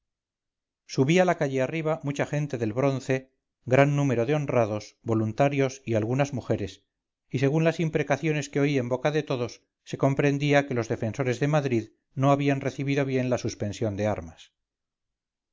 franceses subía la calle arriba mucha gente del bronce gran número de honrados voluntarios y algunas mujeres y según las imprecaciones que oí en boca de todos se comprendía que los defensores de madrid no habían recibido bien la suspensión de armas